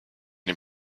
dem